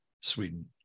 Sweden